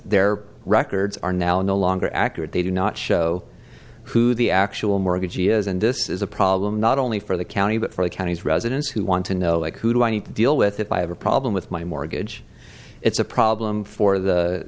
their records are now no longer accurate they do not show who the actual mortgagee is and this is a problem not only for the county but for the county's residents who want to know who do i need to deal with if i have a problem with my mortgage it's a problem for the